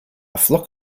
flock